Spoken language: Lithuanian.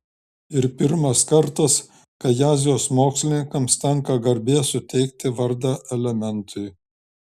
ir pirmas kartas kai azijos mokslininkams tenka garbė suteikti vardą elementui